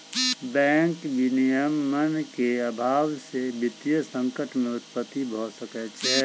bank विनियमन के अभाव से वित्तीय संकट के उत्पत्ति भ सकै छै